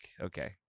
Okay